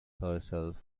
herself